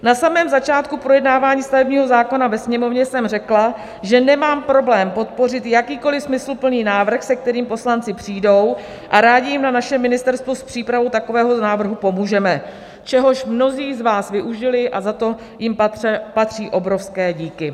Na samém začátku projednávání stavebního zákona ve Sněmovně jsem řekla, že nemám problém podpořit jakýkoliv smysluplný návrh, se kterým poslanci přijdou, a rádi jim na našem ministerstvu s přípravou takového návrhu pomůžeme, čehož mnozí z vás využili a za to jim patří obrovské díky.